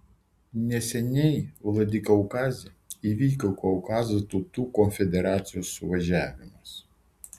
neseniai vladikaukaze įvyko kaukazo tautų konfederacijos suvažiavimas